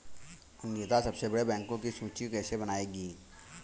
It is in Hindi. अनीता सबसे बड़े बैंकों की सूची कैसे बनायेगी?